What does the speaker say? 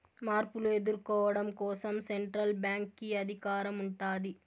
మార్పులు ఎదుర్కోవడం కోసం సెంట్రల్ బ్యాంక్ కి అధికారం ఉంటాది